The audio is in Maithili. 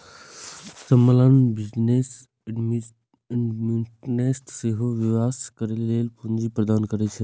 स्माल बिजनेस एडमिनिस्टेशन सेहो व्यवसाय करै लेल पूंजी प्रदान करै छै